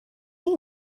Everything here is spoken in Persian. این